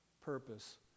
purpose